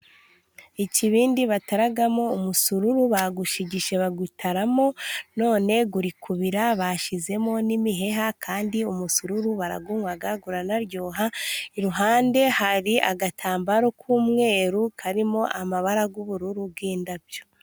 Ikibindi bataramo umusururu bawushigishe bawutaramo none urikubira, bashyizemo n'imiheha kandi umusururu barawunywa uranaryoha iruhande hari agatambaro k'umweru karimo amabara y'ubururu y'indabyo.